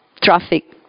traffic